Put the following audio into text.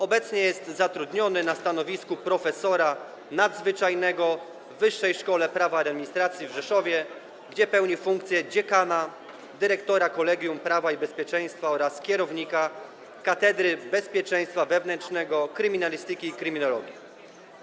Obecnie jest zatrudniony na stanowisku profesora nadzwyczajnego w Wyższej Szkole Prawa i Administracji w Rzeszowie, gdzie pełni funkcję dziekana, dyrektora Kolegium Prawa i Bezpieczeństwa oraz kierownika Katedry Bezpieczeństwa Wewnętrznego Kryminalistyki i Kryminologii.